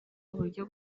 uburyo